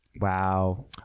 Wow